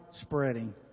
spreading